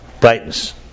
brightness